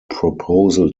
proposal